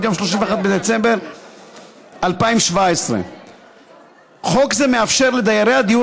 ליום 31 בדצמבר 2017. חוק זה מאפשר לדיירי הדיור